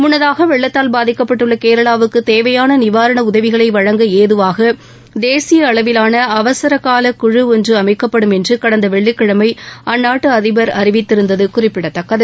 முன்னதாக வெள்ளத்தால் பாதிக்கப்பட்டுள்ள கேரளாவுக்கு தேவையான நிவாரண உதவிகளை வழங்க ஏதுவாக தேசிய அளவிலான அவசர காலக் குழு ஒன்று அமைக்கப்படும் என்று கடந்த வெள்ளிக்கிழமை அந்நாட்டு அதிபர் அறிவித்திருந்தது குறிப்பிடத்தக்கது